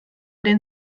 den